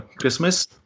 Christmas